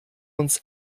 uns